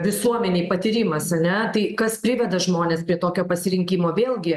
visuomenei patyrimas ane tai kas priveda žmones prie tokio pasirinkimo vėlgi